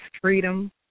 freedom